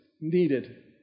needed